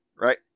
right